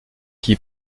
qui